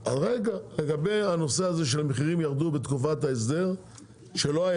לגבי הנושא הזה שהמחירים ירדו בתקופה שלא היה